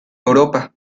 europa